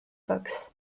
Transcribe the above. books